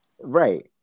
right